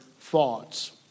Thoughts